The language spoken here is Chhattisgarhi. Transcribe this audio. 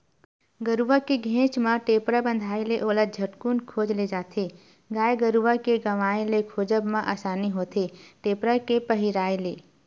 गरुवा के घेंच म टेपरा बंधाय ले ओला झटकून खोज ले जाथे गाय गरुवा के गवाय ले खोजब म असानी होथे टेपरा के पहिराय ले